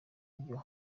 ibyo